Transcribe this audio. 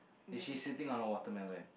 is she sitting on a watermelon